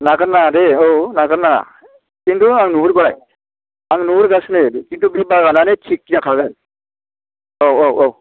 नागारनाङा दै औ नागारनाङा खिन्थु आं नुहुरबाय आं नुहुरगासिनो खिन्थु बे बागानानो थिख जाखागोन औ औ औ